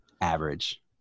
average